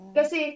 Kasi